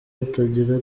atangira